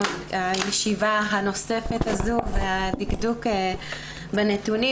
הישיבה הנוספת הזאת והדקדוק בנתונים,